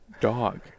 dog